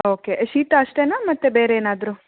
okay ಶೀತ ಅಷ್ಟೇನಾ ಮತ್ತೆ ಬೇರೆ ಏನಾದರೂ